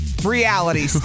Reality